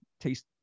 taste